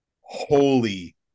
Holy